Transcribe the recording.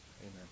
Amen